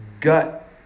gut